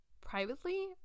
privately